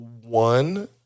one